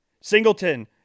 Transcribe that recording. Singleton